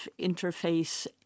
interface